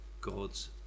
God's